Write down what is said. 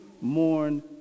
mourn